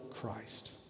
Christ